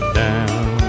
down